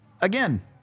again